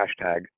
hashtag